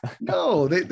No